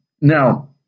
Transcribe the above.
Now